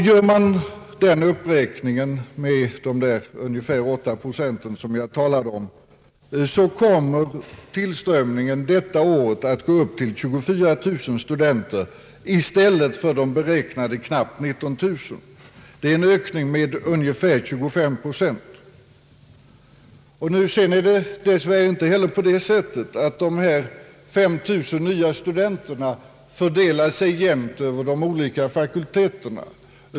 Gör man den uppräkningen med ungefär 8 procent finner man att tillströmningen detta år blir 24000 studenter i stället för beräknade knappt 19 000. Det är en ökning med ungefär 25 procent. Dess värre fördelar sig inte de 5 000 nya studenterna jämnt "över de olika fakulteterna.